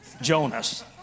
Jonas